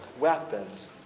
weapons